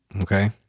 Okay